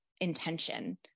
intention